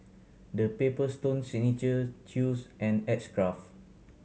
The Paper Stone Signature Chew's and X Craft